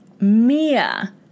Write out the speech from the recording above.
Mia